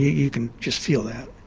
you can just feel that.